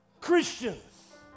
Christians